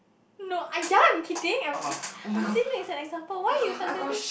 no uh ya kidding I'm I'm saying this as an example why you suddenly